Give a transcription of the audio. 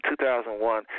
2001